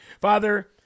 Father